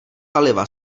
paliva